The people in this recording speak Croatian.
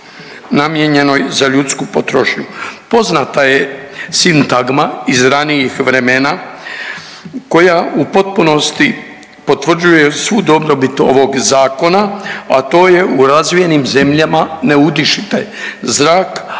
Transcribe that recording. namijenjenoj za ljudsku potrošnju. Poznata je sintagma iz ranijih vremena koja u potpunosti potvrđuje svu dobrobit ovog zakona, a to je u razvijenim zemljama ne udišite zrak,